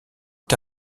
est